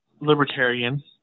Libertarian